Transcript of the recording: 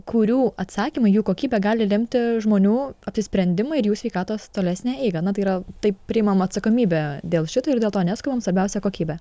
kurių atsakymai jų kokybė gali lemti žmonių apsisprendimą ir jų sveikatos tolesnę eigą na tai yra tai priimam atsakomybę dėl šito ir dėl to neskubam svarbiausia kokybė